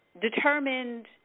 determined